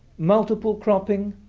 multiple cropping,